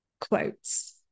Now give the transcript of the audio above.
quotes